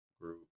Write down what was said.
group